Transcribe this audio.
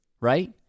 right